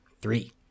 three